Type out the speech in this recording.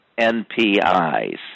NPIs